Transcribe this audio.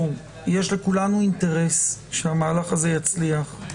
יש לכולנו אינטרס שהמהלך הזה יצליח,